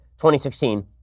2016